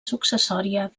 successòria